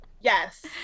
yes